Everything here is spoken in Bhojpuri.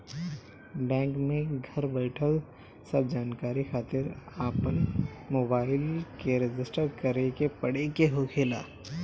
बैंक में घर बईठल सब जानकारी खातिर अपन मोबाईल के रजिस्टर करे के पड़े के होखेला